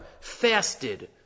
fasted